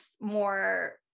more